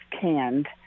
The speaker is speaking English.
canned